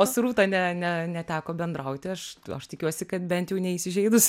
o su rūta ne ne neteko bendrauti aš aš tikiuosi kad bent jau neįsižeidus